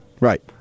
Right